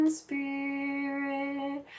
spirit